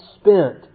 spent